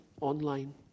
online